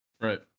Right